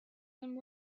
them